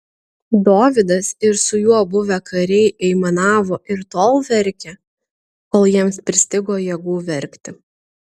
dovydas ir su juo buvę kariai aimanavo ir tol verkė kol jiems pristigo jėgų verkti